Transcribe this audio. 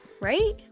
right